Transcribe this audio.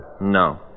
No